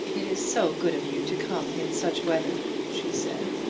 it is so good of you to come in such weather, she said.